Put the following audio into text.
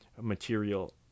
material